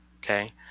okay